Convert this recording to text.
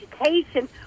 education